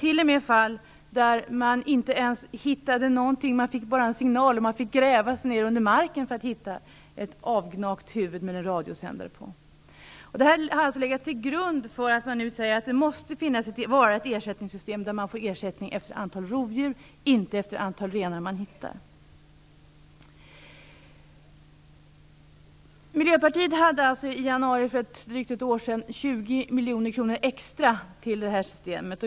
I en del fall fick man bara en signal och fick sedan gräva sig ned under marken för att hitta ett avgnagt huvud med en radiosändare på. Det är detta som har legat till grund för att man nu säger att vi måste ha ett ersättningssystem där man får ersättning efter antalet rovdjur och inte efter det antal renar som hittas. Miljöpartiet ville i januari för drygt ett år sedan anslå 20 miljoner kronor extra till det här systemet.